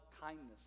kindness